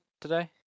today